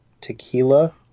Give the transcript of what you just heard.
tequila